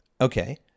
Okay